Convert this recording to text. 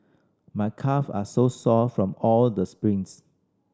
my calve are sore from all the sprints